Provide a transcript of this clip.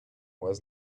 was